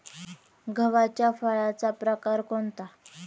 गव्हाच्या फळाचा प्रकार कोणता?